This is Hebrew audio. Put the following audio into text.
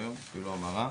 המרה